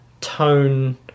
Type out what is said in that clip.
tone